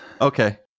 Okay